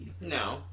No